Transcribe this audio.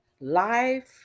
life